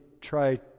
try